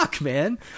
man